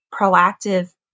proactive